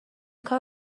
کار